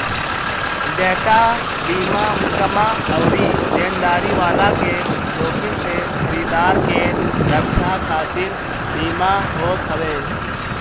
देयता बीमा मुकदमा अउरी देनदारी वाला के जोखिम से खरीदार के रक्षा खातिर बीमा होत हवे